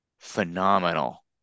phenomenal